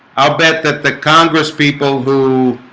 how bet that the congress people who